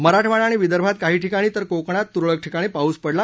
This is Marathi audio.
मराठवाडा आणि विदर्भात काही ठिकाणी तर कोकणात तुरळक ठिकाणी पाऊस पडला